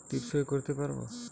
টিপ সই করতে পারবো?